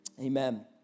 Amen